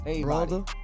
brother